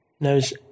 knows